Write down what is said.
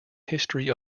history